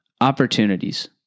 Opportunities